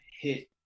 hit